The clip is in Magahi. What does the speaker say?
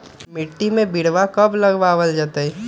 मिट्टी में बिरवा कब लगवल जयतई?